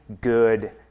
good